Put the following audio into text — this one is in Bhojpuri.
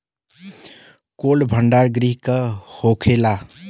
कोल्ड भण्डार गृह का होखेला?